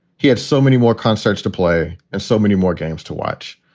he had so many more concerts to play and so many more games to watch.